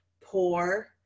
poor